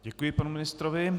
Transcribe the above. Děkuji panu ministrovi.